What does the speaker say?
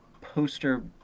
poster